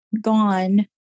gone